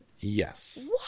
Yes